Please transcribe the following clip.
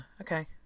okay